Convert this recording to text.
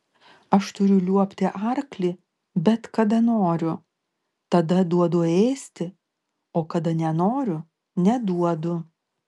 aš turiu liuobti arklį bet kada noriu tada duodu ėsti o kada nenoriu neduodu